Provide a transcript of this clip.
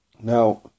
Now